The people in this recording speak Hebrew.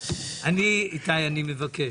איתי, אני מבקש.